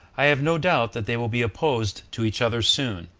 i have no doubt that they will be opposed to each other soon